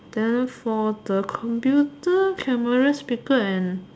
then for the computer camera speaker and